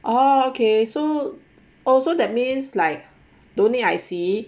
oh okay so so that means like don't need I_C